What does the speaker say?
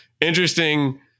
Interesting